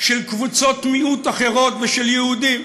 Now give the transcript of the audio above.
של קבוצות מיעוט אחרות ושל יחידים.